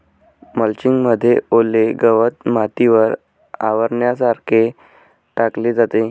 mulching मध्ये ओले गवत मातीवर आवरणासारखे टाकले जाते